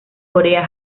corea